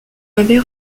m’avez